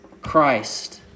Christ